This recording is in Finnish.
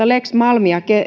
lex malmia